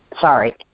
Sorry